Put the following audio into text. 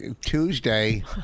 Tuesday